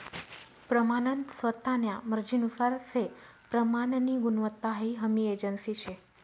प्रमानन स्वतान्या मर्जीनुसार से प्रमाननी गुणवत्ता हाई हमी एजन्सी शे